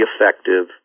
effective